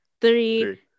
three